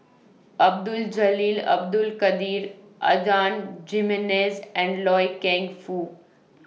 Abdul Jalil Abdul Kadir Adan Jimenez and Loy Keng Foo